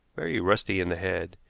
very rusty in the head,